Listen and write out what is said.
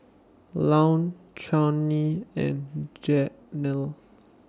Louann Chaney and Janell